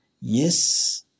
Yes